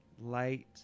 light